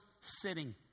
sitting